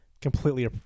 completely